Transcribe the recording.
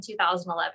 2011